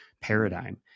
paradigm